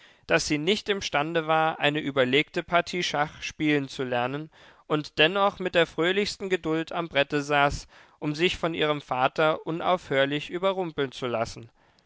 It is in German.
daß sie nicht imstande war eine überlegte partie schach spielenzulernen und dennoch mit der fröhlichsten geduld am brette saß um sich von ihrem vater unaufhörlich überrumpeln zu lassen